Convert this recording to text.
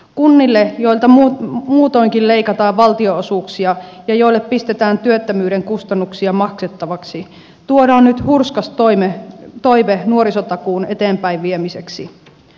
kunnille joilta muutoinkin leikataan valtionosuuksia ja joille pistetään työttömyyden kustannuksia maksettavaksi tuodaan nyt hurskas toive nuorisotakuun eteenpäinviemiseksi